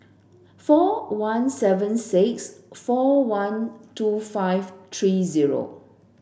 four one seven six four one two five three zero